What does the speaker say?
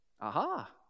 Aha